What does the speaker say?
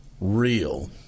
real